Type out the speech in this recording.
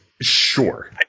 Sure